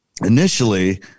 initially